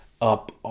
up